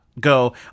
go